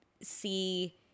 see